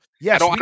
Yes